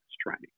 training